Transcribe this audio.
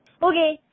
Okay